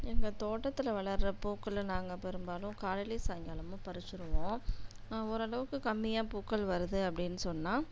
எங்கள் தோட்டத்தில் வளர்கிற பூக்களை நாங்கள் பெரும்பாலும் காலையிலையும் சாய்ங்காலமும் பறிச்சுவிடுவோம் ஓரளவுக்கு கம்மியாக பூக்கள் வருது அப்படின்னு சொன்னால்